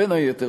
בין היתר,